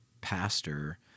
pastor